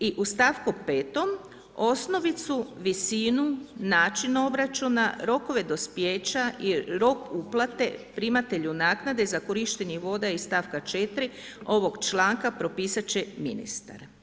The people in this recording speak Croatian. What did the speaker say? I u stavku 5. – Osnovicu, visinu, način obračuna rokove dospijeća, rok uplate primatelju naknade za korištenje voda iz stavka 4. ovog članka propisat će ministar.